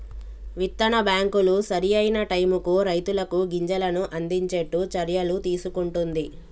విత్తన బ్యాంకులు సరి అయిన టైముకు రైతులకు గింజలను అందిచేట్టు చర్యలు తీసుకుంటున్ది